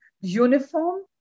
uniform